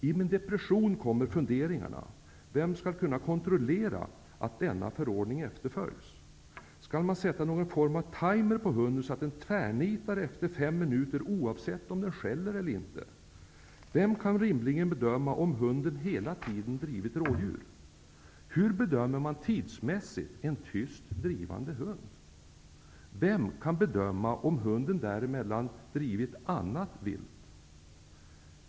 I min depression kommer funderingarna. Vem skall kunna kontrollera att denna förordning efterföljs? Skall man sätta någon form av timer på hunden så att den tvärnitar efter fem minuter oavsett om den skäller eller inte? Vem kan rimligen bedöma om hunden hela tiden drivit rådjur? Hur bedömer man tidsmässigt en tyst drivande hund? Vem kan bedöma om hunden däremellan drivit annat vilt?